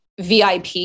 VIP